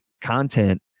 content